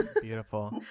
Beautiful